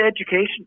education